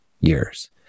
years